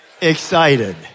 excited